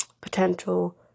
potential